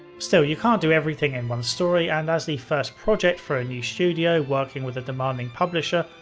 still, you can't do everything in one story, and as the first project for a new studio working with a demanding publisher,